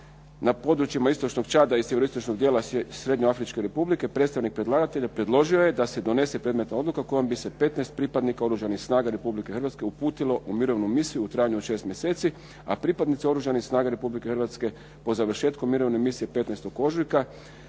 na područjima istočnog Čada i sjeveroistočnog dijela Srednjoafričke Republike predstavnik predlagatelja predložio je da se donese predmetna odluka kojom bi se 15. pripadnika Oružanih snaga Republike Hrvatske uputilo u mirovnu misiju u trajanju od 6 mjeseci. A pripadnici Oružanih snaga Republike Hrvatske po završetku mirovne misije 15. ožujka